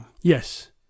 yes